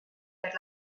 per